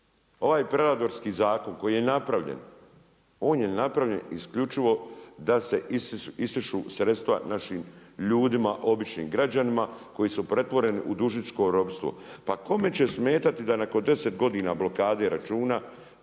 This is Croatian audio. Ovaj predatorski zakon koji je napravljen, on je napravljen isključivo da se isišu sredstva našim ljudima, običnim građanima koji su pretvoreni u dužničko ropstvo. Pa kome će smetati da nakon 10 godina blokade računa